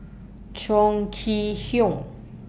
Chong Kee Hiong